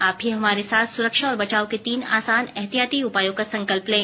आप भी हमारे साथ सुरक्षा और बचाव के तीन आसान एहतियाती उपायों का संकल्प लें